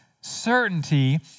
certainty